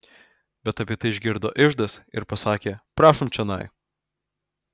bet apie tai išgirdo iždas ir pasakė prašom čionai